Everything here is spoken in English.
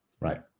Right